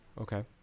Okay